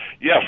yes